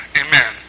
amen